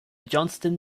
johnston